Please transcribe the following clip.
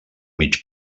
mig